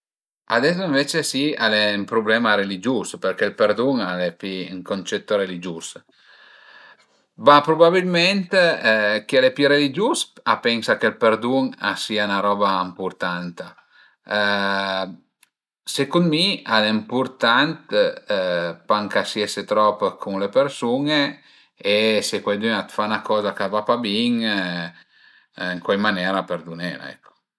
Ades ënvece si al e ün problema religius perché ël perdun al e pi ün concetto religius, ma prubabilment chi al e pi religius a pensa ch'ël perdun a sia 'na roba ëmpurtanta. Secund mi al e ëmpurtant pa ëncasiese trop cun le persun-e ese cuaidün a fa 'na coza ch'a va pa bin ën cuai manera perdunela ecco